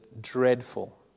dreadful